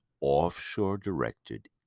offshore-directed